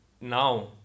Now